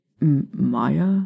Maya